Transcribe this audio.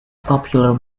popular